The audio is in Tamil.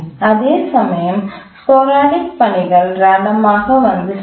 அதேசமயம் ஸ்போரடிக் பணிகள் ரேண்டம் ஆக வந்து சேரும்